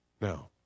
Now